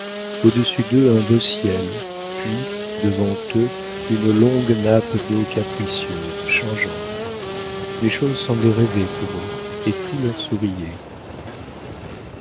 au-dessus d'eux un beau ciel puis devant eux une longue nappe d'eau capricieuse changeante les choses semblaient rêver pour eux et tout leur souriait